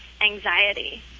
anxiety